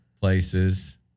places